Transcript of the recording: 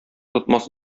тотмас